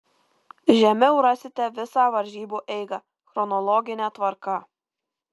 žemiau rasite visą varžybų eigą chronologine tvarka